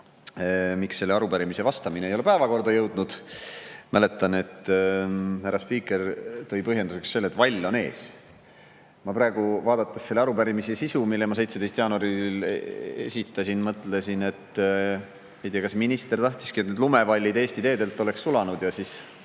miks sellele arupärimisele vastamine ei ole päevakorda jõudnud. Mäletan, et härra spiiker tõi põhjenduseks selle, et vall on ees. Ma praegu, vaadates selle arupärimise sisu, mille ma 17. jaanuaril esitasin, mõtlesin, et ei tea, kas minister tahtiski, et need lumevallid Eesti teedelt oleks sulanud, ja saavutas